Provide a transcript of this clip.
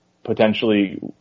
potentially